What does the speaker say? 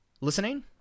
listening